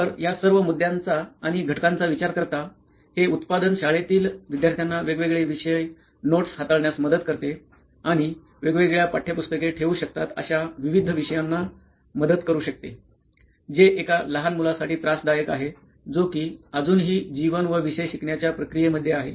तर या सर्व मुद्द्यांचा आणि घटकांचा विचार करता हे उत्पादन शाळेतील विद्यार्थ्याना वेगवेगळे विषय नोट्स हाताळण्यास मदत करते आणि वेगवेगळ्या पाठ्यपुस्तके ठेवू शकतात अशा विविध विषयांना मदत करू शकते जे एका लहान मुलासाठी त्रासदायक आहे जो कि अजूनही जीवन व विषय शिकण्याच्या प्रक्रिये मध्ये आहे